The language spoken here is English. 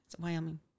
Wyoming